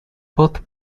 both